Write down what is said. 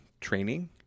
training